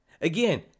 Again